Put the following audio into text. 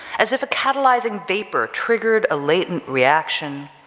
as if a catalyzing vapor triggered a latent reaction,